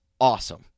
Awesome